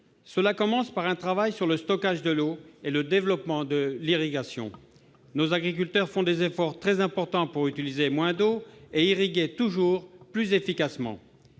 Cela commence par un travail sur le stockage de l'eau et le développement de l'irrigation. Nos agriculteurs font des efforts très importants pour utiliser moins d'eau et irriguer toujours plus efficacement.